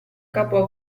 capo